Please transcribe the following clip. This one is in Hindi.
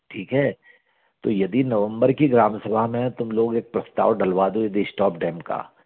ठीक है तो यदि नवंबर की ग्राम सभा में तुम लोग एक प्रस्ताव डलवा दो यदि श्टॉप डैम का